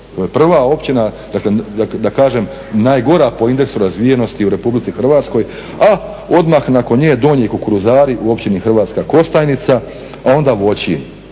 Prva općina da kažem najgora po indeksu razvijenosti u RH a odmah nakon nje je Donji Kukuruzari u Općini Hrvatska Kostajnica pa onda Voćin